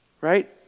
Right